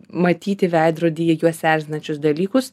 matyti veidrodyje juos erzinančius dalykus